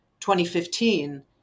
2015